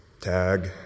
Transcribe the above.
tag